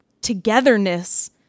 togetherness